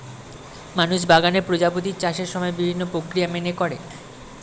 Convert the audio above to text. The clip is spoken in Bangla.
মানুষ বাগানে প্রজাপতির চাষের সময় বিভিন্ন প্রক্রিয়া মেনে করে